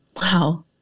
wow